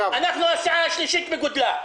--- אנחנו הסיעה השלישית בגודלה,